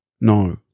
No